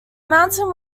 mountain